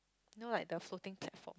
you know like the Floating Platform